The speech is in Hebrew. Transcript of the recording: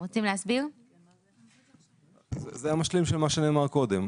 זה המשלים של מה שנאמר קודם.